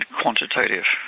quantitative